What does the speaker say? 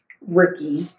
Ricky